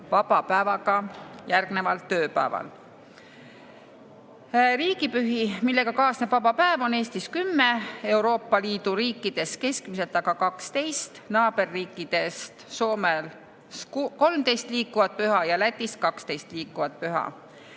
vaba päevaga järgneval tööpäeval. Riigipühi, millega kaasneb vaba päev, on Eestis kümme, Euroopa Liidu riikides keskmiselt aga 12. Naaberriikidest on Soomel 13 liikuvat püha ja Lätis 12 liikuvat püha.